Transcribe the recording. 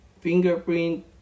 fingerprint